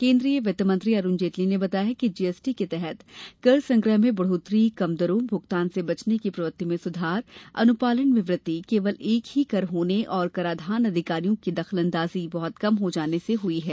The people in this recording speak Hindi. केन्द्रीय वित्त मंत्री अरुण जेटली ने बताया कि जीएसटी के तहत कर संग्रह में बढ़ोत्तरी कम दरों भुगतान से बचने की प्रवृत्ति में सुधार अनुपालन में वृद्धि केवल एक ही कर होने और कराधान अधिकारियों की दखलंदाज़ी बहुत कम हो जाने से हुई है